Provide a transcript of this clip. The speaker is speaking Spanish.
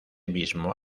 mismo